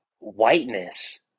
whiteness